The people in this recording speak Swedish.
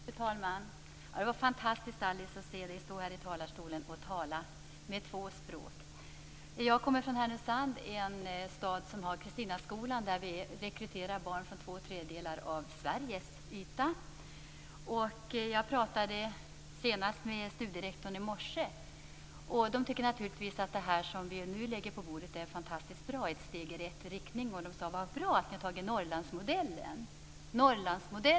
Fru talman! Det var fantastiskt att se Alice stå i talarstolen och tala med två språk. Jag kommer från Härnösand, och det är en stad som har Kristinaskolan. Den rekryterar barn från två tredjedelar av Sveriges yta. Senast i morse talade jag med studierektorn, och de tycker naturligtvis att det förslag vi nu lägger fram på bordet är fantastiskt bra och ett steg i rätt riktning. Så bra att ni har tagit Norrlandsmodellen, sade de.